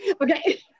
okay